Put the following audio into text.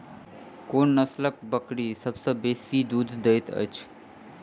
कोन नसलक बकरी सबसँ बेसी दूध देइत अछि?